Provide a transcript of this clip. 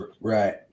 Right